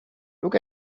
look